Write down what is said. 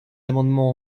amendements